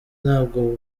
ntabwo